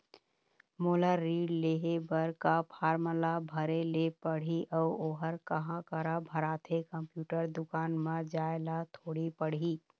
मोला ऋण लेहे बर का फार्म ला भरे ले पड़ही अऊ ओहर कहा करा भराथे, कंप्यूटर दुकान मा जाए ला थोड़ी पड़ही?